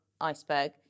Iceberg